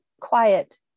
quiet